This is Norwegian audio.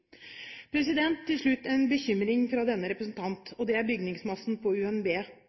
til hjelpemidler til elever med dysleksi. Til slutt en bekymring fra denne representant, og det er bygningsmassen på